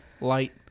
Light